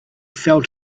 fell